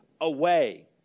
away